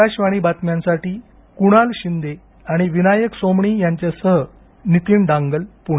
आकाशवाणी बातम्यांसाठी कुणाल शिंदे आणि विनायक सोमाणी यांच्यासह नीतीन डांगल पुणे